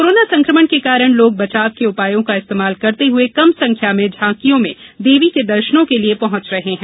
corona संकमण के कारण लोग बचाव के उपायों का इस्तेमाल करते हुए कम संख्या में झांकियों में देवी के दर्शनो के लिये पहुंच रहे हैं